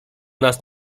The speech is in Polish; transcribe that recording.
nas